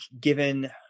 given